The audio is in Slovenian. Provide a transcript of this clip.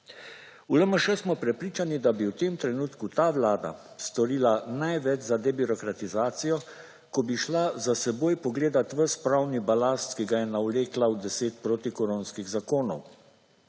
V LMŠ smo prepričani, da bi v tem trenutku ta Vlada storila največ za debirokratizacijo, ko bi šla za seboj pogledati ves pravni balast, ki ga je navlekla v 10 protikoronskih zakonov